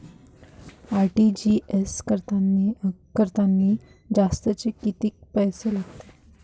RTGS करतांनी जास्तचे कितीक पैसे लागते?